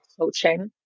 coaching